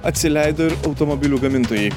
atsileido ir automobilių gamintojai